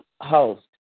host